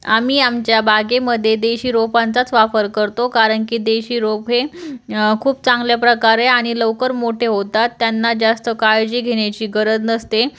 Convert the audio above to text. आम्ही आमच्या बागेमध्ये देशी रोपांचाच वापर करतो कारण की देशी रोप हे खूप चांगल्या प्रकारे आणि लवकर मोठे होतात त्यांना जास्त काळजी घेण्याची गरज नसते